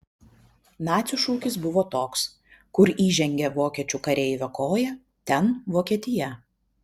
nacių šūkis buvo toks kur įžengė vokiečių kareivio koja ten vokietija